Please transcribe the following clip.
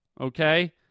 okay